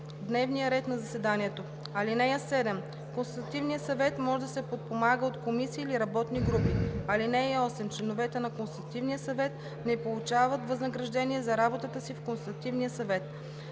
дневния ред на заседанието. (7) Консултативният съвет може да се подпомага от комисии или работни групи. (8) Членовете на Консултативния съвет не получават възнаграждение за работата си в Консултативния съвет.